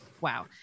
wow